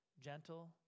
gentle